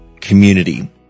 community